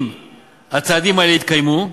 אם הצעדים האלה יתקיימו,